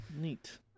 Neat